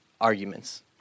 arguments